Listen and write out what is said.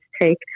take